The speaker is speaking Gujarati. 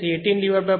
તેથી 18 0